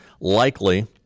likely